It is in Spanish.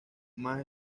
más